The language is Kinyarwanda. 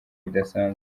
bidasanzwe